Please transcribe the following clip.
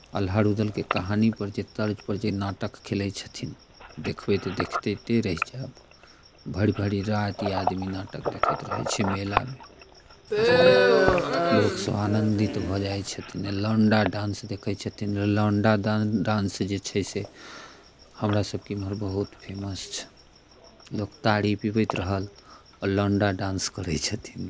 आल्हा रूदलके कहानीपर जे तर्जपर जे नाटक खेलै छथिन देखबै तऽ देखिते ते रहि जायब भरि भरि राति आदमी नाटक देखैत रहै छै मेलामे बुझलियै लोकसभ आनन्दित भऽ जाइ छथिन लौंडा डांस देखै छथिन लौंडा डां डांस जे छै से हमरासभके इमहर बहुत फेमस छै लोक तारी पिबैत रहल आ लौंडा डांस करै छथिन